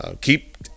keep